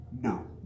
No